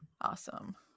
awesome